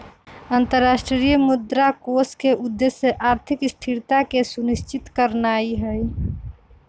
अंतरराष्ट्रीय मुद्रा कोष के उद्देश्य आर्थिक स्थिरता के सुनिश्चित करनाइ हइ